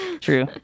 True